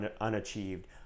unachieved